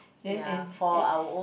then and at